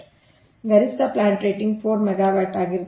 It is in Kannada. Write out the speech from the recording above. ಆದ್ದರಿಂದ ಗರಿಷ್ಠ ಪ್ಲಾಂಟ್ ರೇಟಿಂಗ್ 4 ಮೆಗಾವ್ಯಾಟ್ ಆಗಿರುತ್ತದೆ